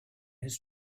his